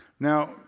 Now